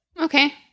Okay